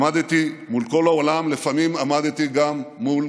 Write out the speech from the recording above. עמדתי מול כל העולם, לפעמים עמדתי גם מול